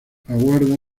aguarda